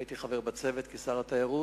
הייתי חבר בצוות כשר התיירות,